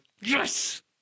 yes